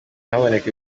haboneka